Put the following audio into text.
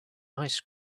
ice